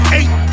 eight